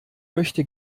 möchte